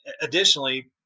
additionally